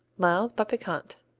mild but piquant.